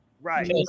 right